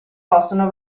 possono